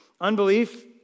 Unbelief